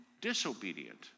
disobedient